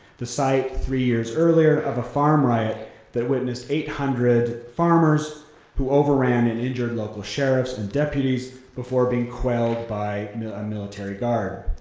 the site three years earlier of a farm riot that witnessed eight hundred farmers who overran and injured local sheriffs and deputies before being quelled by a military guard.